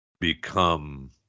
become